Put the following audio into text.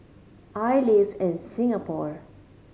I live in Singapore